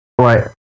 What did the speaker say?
right